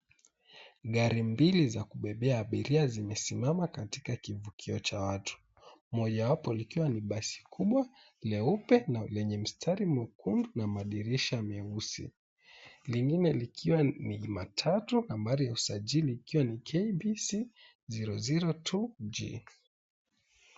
Gari mbili za kubebea abiria zimesimama katika kivukio cha watu, moja yapo likiwa ni basi kubwa jeupe lenye mstari mwekundu na madirisha meusi, lengine likiwa ni matatu, nambari ya usajili ikiwa ni KBC 002G.